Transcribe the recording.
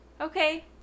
okay